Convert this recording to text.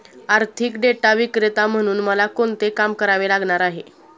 आर्थिक डेटा विक्रेता म्हणून मला कोणते काम करावे लागणार आहे?